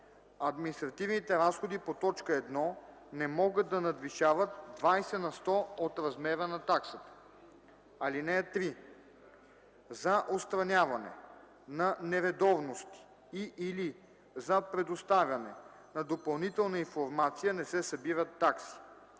административните разходи по т. 1 не могат да надвишават 20 на сто от размера на таксата. (3) За отстраняване на нередовности и/или за предоставяне на допълнителна информация не се събират такси.